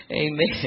Amen